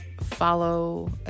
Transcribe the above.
follow